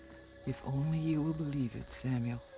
if only you will believe it, samuel.